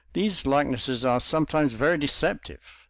these likenesses are sometimes very deceptive,